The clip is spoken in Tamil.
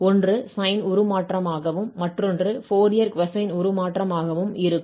ஒன்று சைன் உருமாற்றமாகவும் மற்றொன்று ஃபோரியர் கொசைன் உருமாற்றமாகவும் இருக்கும்